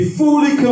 fully